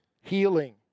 healing